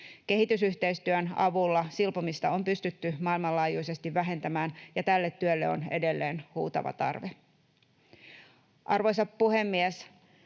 Kehitysyhteistyön avulla silpomista on pystytty maailmanlaajuisesti vähentämään, ja tälle työlle on edelleen huutava tarve. Arvoisa puhemies!